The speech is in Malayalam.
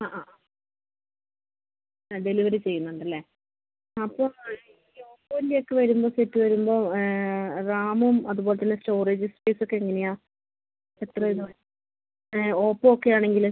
ആ ആ ആ ഡെലിവറി ചെയ്യുന്നുണ്ട് അല്ലേ അപ്പോൾ ആ ഈ ഓഫറിൻ്റെ ഒക്കെ വരുമ്പം സെറ്റ് വരുമ്പം റാമും അതുപോലത്തന്നെ സ്റ്റോറേജ് സ്പേസ് ഒക്കെ എങ്ങനെയാണ് എത്രയിനാണ് ഏ ഓപ്പോ ഒക്കെ ആണെങ്കിൽ